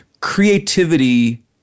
Creativity